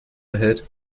erhält